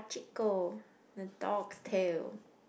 Hachiko the dog's tale